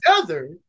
together